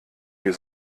wir